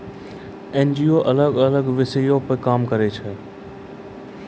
NGO अलग अलग विषयो पे काम करै छै